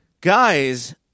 Guys